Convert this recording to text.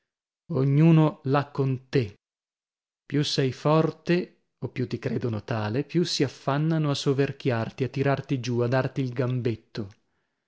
ognuno l'ha con te più sei forte o più ti credono tale più si affannano a soverchiarti a tirarti giù a darti il gambetto